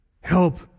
Help